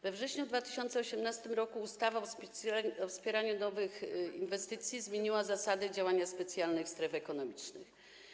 We wrześniu 2018 r. ustawa o wspieraniu nowych inwestycji zmieniła zasady działania specjalnych stref ekonomicznych.